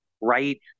right